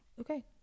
okay